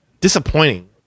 disappointing